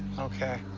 okay,